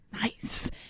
Nice